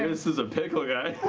this is a pickle, guys.